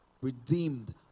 redeemed